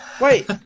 Wait